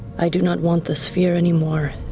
i do not want this fear anymore.